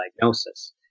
diagnosis